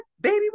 baby